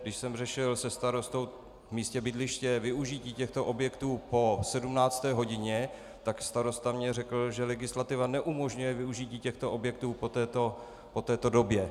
Když jsem řešil se starostou v místě bydliště využití těchto objektů po 17. hodině, tak mi starosta řekl, že legislativa neumožňuje využití těchto objektů po této době.